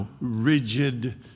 rigid